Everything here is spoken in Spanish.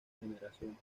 generación